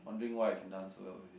wondering why I can dance so well with it